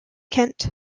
kent